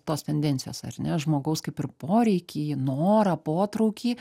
tos tendencijos ar ne žmogaus kaip ir poreikį norą potraukį